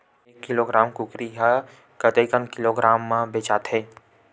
एक किलोग्राम कुकरी ह कतेक किलोग्राम म बेचाथे?